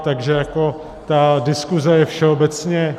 Takže jako ta diskuse je všeobecně...